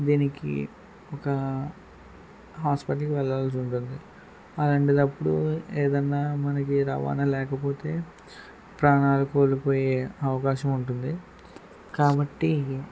దీనికి ఒక ఆసుపత్రికి వెళ్ళాల్సి ఉంటుంది అలాంటిదప్పుడు ఏదన్న మనకి రవాణా లేకపోతే ప్రాణాలు కోల్పోయే అవకాశం ఉంటుంది కాబట్టి